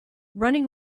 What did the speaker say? running